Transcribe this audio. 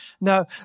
Now